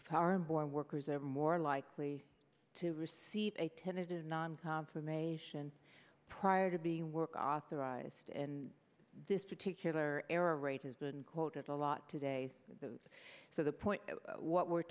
foreign born workers are more likely to receive a tentative non confirmation prior to being work authorized and this particular error rate has been quoted a lot today for those so the point what we're